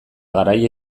garaile